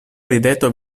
rideto